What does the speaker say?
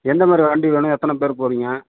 என்னமாதிரி வண்டி வேணும் எத்தனை பேர் போகறீங்க